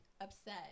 upset